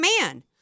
man